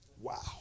wow